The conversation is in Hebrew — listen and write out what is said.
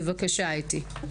בבקשה, אתי.